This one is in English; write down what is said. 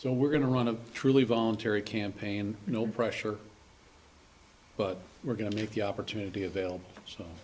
so we're going to run a truly voluntary campaign no pressure but we're going to make the opportunity available so